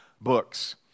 books